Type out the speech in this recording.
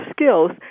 skills